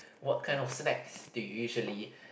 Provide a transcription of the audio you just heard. what kind of snacks do you usually